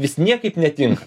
vis niekaip netinka